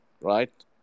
right